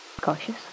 Cautious